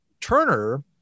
Turner